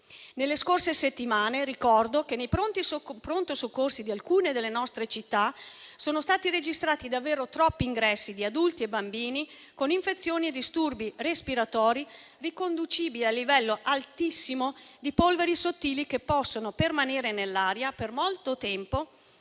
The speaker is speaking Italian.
Nelle scorse settimane ricordo che nei pronto soccorso di alcune delle nostre città sono stati registrati davvero troppi ingressi di adulti e bambini con infezioni e disturbi respiratori riconducibili al livello altissimo di polveri sottili, che possono permanere nell'aria per molto tempo